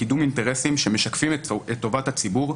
בקידום אינטרסים שמשקפים את טובת הציבור,